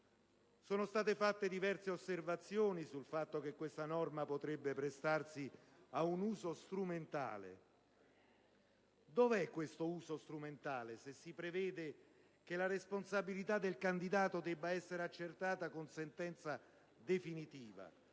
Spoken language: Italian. Sono state avanzate diverse osservazioni sul fatto che questa norma potrebbe prestarsi a un uso strumentale. Dov'è questo uso strumentale, se si prevede che la responsabilità del candidato debba essere accertata con sentenza definitiva?